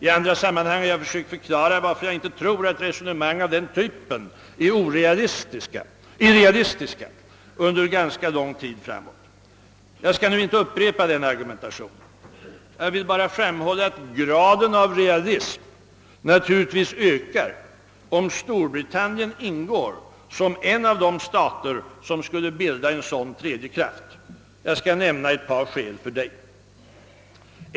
I andra sammanhang har jag försökt förklara varför jag inte tror att resonemang av den typen är realistiska. Jag skall inte nu upprepa den argumentationen; jag vill endast framhålla att graden av realism naturligtvis ökar om Storbritannien ingår som en av de stater som skulle bilda en sådan tredje kraft. Jag skall nämna ett par exempel som skäl härför.